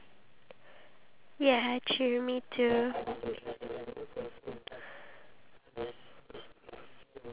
iya me too and I only still feel like in singapore you know we have our local food right let's say kway teow goreng